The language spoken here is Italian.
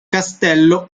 castello